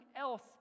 else